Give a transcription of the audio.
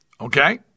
Okay